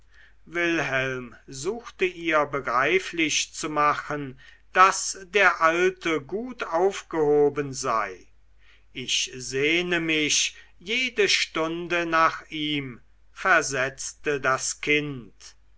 wilhelm suchte ihr begreiflich zu machen daß der alte gut aufgehoben sei ich sehne mich jede stunde nach ihm versetzte das kind